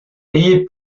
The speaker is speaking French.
ayez